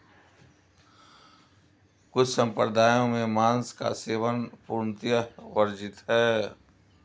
कुछ सम्प्रदायों में मांस का सेवन पूर्णतः वर्जित है